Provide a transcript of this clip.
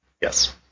Yes